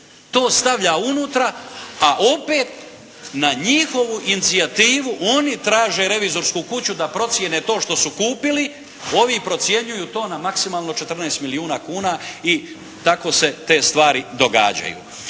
To stavlja unutra a opet na njihovu inicijativu oni traže revizorsku kuću da procijene to što su kupili, ovi procjenjuju to na maksimalno 14 milijuna kuna i tako se te stvari događaju.